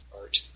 art